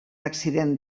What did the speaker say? accident